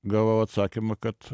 gavau atsakymą kad